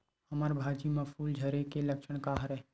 हमर भाजी म फूल झारे के लक्षण का हरय?